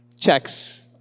checks